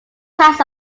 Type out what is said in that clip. types